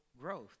growth